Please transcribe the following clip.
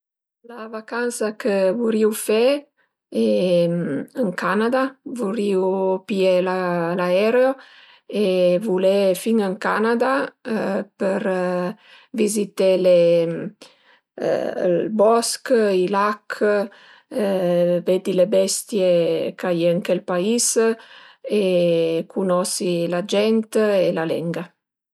La vacansa chë vurìu fe al e ën Canada. Vurìu pìé l'aereo e vulé fin ën Canada për vizité i bosch, i lach, vedi le bestie ch'a ie ën chel pais e cunosi la gent e la lenga